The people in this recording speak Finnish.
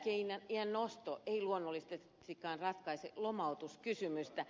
eläkeiän nosto ei luonnollisestikaan ratkaise lomautuskysymystä